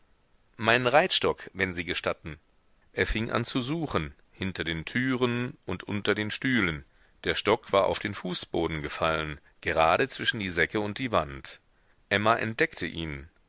meinen reitstock wenn sie gestatten er fing an zu suchen hinter den türen und unter den stühlen der stock war auf den fußboden gefallen gerade zwischen die säcke und die wand emma entdeckte ihn